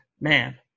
man